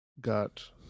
got